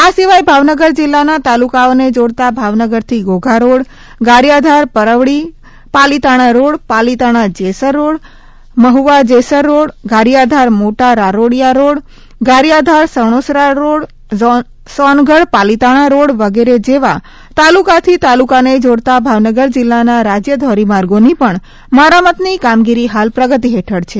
આ સિવાય ભાવનગર જિલ્લાના તાલુકાઓને જોડતા ભાવનગર થી ઘોઘા રોડગારિયાધાર પરવડી પાલીતાણા રોડ પાલીતાણા જેસર રોડ મહુવા જેસર રોડગારીયાધાર મોટા રારોડિયા રોડગારીયાધાર સણોસરા રોડ સોનગઢ પાલીતાણા રોડ વગેરે જેવા તાલુકાથી તાલુકાને જોડતા ભાવનગર જિલ્લાના રાજ્ય ધોરીમાર્ગોની પણ મરામતની કામગીરી હાલ પ્રગતિ હેઠળ છે